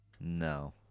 No